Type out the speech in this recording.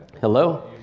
Hello